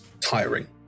tiring